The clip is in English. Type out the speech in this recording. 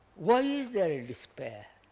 why is there a despair?